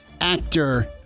actor